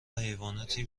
حیواناتی